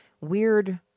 weird